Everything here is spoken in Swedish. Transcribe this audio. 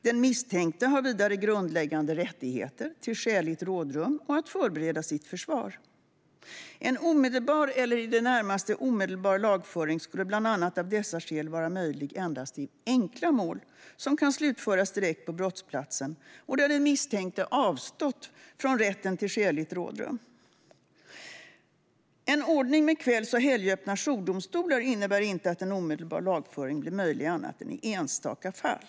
Den misstänkte har vidare grundläggande rättigheter till skäligt rådrum och att förbereda sitt försvar. En omedelbar eller i det närmaste omedelbar lagföring skulle bl.a. av dessa skäl vara möjlig endast i enkla mål som kan slutföras direkt på brottsplatsen och där den misstänkte avstått från rätten till skäligt rådrum . En ordning med kvälls och helgöppna jourdomstolar innebär inte att en omedelbar lagföring blir möjlig annat än i enstaka fall.